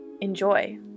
Enjoy